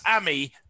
Amy